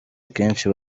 akenshi